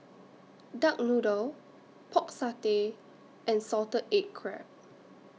Duck Noodle Pork Satay and Salted Egg Crab